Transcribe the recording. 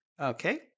Okay